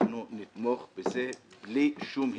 אנחנו נתמוך בזה בלי שום היסוס.